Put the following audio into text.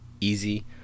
easy